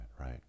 right